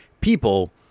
people